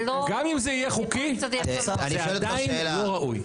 זה עדיין לא ראוי.